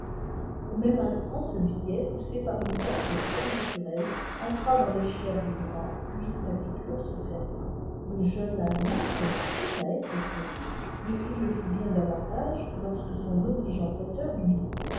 au même instant ce billet poussé par une force surnaturelle entra dans les chairs du bras puis la piqûre se ferma le jeune allemand commençait à être effrayé mais il le fut bien davantage lorsque son obligeant prêteur lui dit